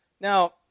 Now